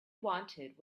wanted